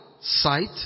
sight